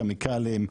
כימיקלים,